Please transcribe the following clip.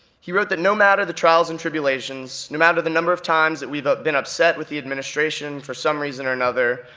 he wrote that, no matter the trials and tribulations, no matter the number of times that we've ah been upset with the administration for some reason or another,